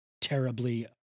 terribly